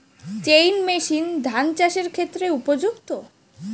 Chain machine ধান চাষের ক্ষেত্রে উপযুক্ত?